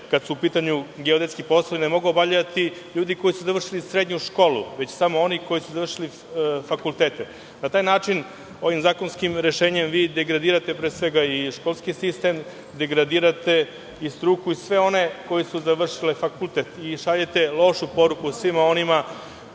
kada su u pitanju geodetski poslovi, ne mogu obavljati ljudi koji su završili srednju školu, već samo oni koji su završili fakultete. Na taj način ovim zakonskim rešenjem vi degradirate pre svega i školski sistem, degradirate i struku i sve one koji su završili fakultet i šaljete lošu poruku svima onima